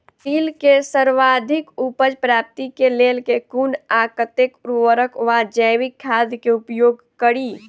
तिल केँ सर्वाधिक उपज प्राप्ति केँ लेल केँ कुन आ कतेक उर्वरक वा जैविक खाद केँ उपयोग करि?